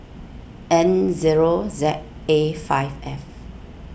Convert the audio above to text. N zero Z A five F